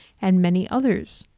and many others.